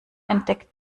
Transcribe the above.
entdeckt